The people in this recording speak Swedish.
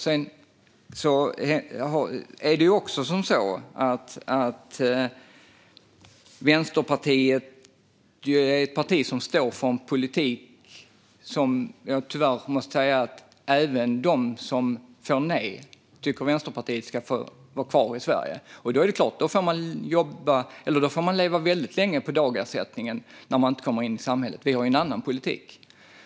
Jag måste också säga att Vänsterpartiet står för en politik som tyvärr innebär att även de som får ett nej ska få vara kvar i Sverige. Det är klart att man får leva väldigt länge på dagersättningen när man inte kommer in i samhället. Vi har en annan politik.